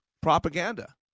propaganda